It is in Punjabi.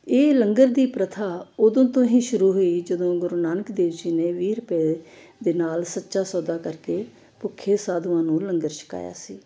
ਇਹ ਲੰਗਰ ਦੀ ਪ੍ਰਥਾ ਉਦੋਂ ਤੋਂ ਹੀ ਸ਼ੁਰੂ ਹੋਈ ਜਦੋਂ ਗੁਰੂ ਨਾਨਕ ਦੇਵ ਜੀ ਨੇ ਵੀਹ ਰੁਪਏ ਦੇ ਨਾਲ ਸੱਚਾ ਸੌਦਾ ਕਰਕੇ ਭੁੱਖੇ ਸਾਧੂਆਂ ਨੂੰ ਲੰਗਰ ਛਕਾਇਆ ਸੀ